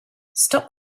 stop